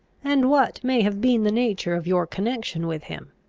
and what may have been the nature of your connection with him?